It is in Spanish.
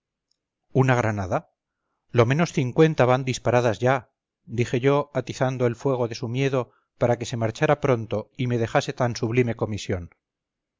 una granada lo menos cincuenta van disparadas ya dije yo atizando el fuego de su miedo para que se marchara pronto y me dejase tan sublime comisión